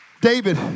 David